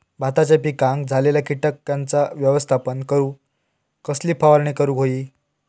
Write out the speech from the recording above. भाताच्या पिकांक झालेल्या किटकांचा व्यवस्थापन करूक कसली फवारणी करूक होई?